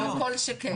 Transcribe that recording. לא כל שכן,